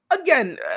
Again